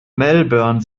melbourne